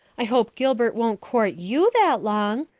i hope gilbert won't court you that long.